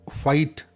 fight